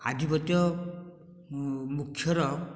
ଆଧିପତ୍ୟ ମୁଖ୍ୟର